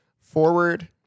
forward